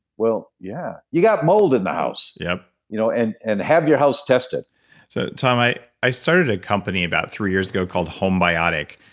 well, yeah. you got mold in the house yup you know and and have your house tested so tom, i i started a company about three years ago called homebiotic.